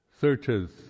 searches